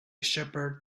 shepherd